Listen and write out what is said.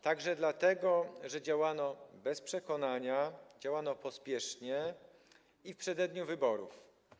także dlatego, że działano bez przekonania, działano pospiesznie i w przededniu wyborów.